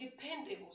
dependable